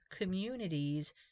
communities